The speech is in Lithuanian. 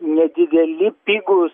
nedideli pigūs